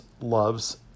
loves